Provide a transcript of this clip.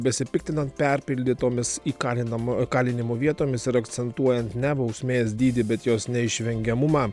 besipiktinant perpildytomis įkalinama įkalinimo vietomis ir akcentuojan ne bausmės dydį bet jos neišvengiamumą